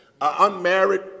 unmarried